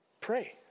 Pray